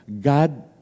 God